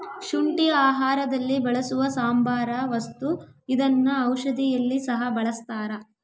ಶುಂಠಿ ಆಹಾರದಲ್ಲಿ ಬಳಸುವ ಸಾಂಬಾರ ವಸ್ತು ಇದನ್ನ ಔಷಧಿಯಲ್ಲಿ ಸಹ ಬಳಸ್ತಾರ